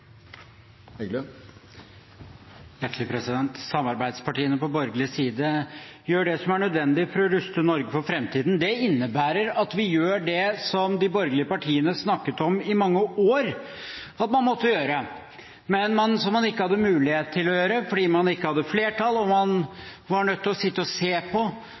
nødvendig for å ruste Norge for framtiden. Det innebærer at vi gjør det som de borgerlige partiene snakket om i mange år at man måtte gjøre, men som man ikke hadde mulighet til å gjøre, fordi man ikke hadde flertall. Man var nødt til å sitte og se på